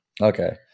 Okay